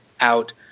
out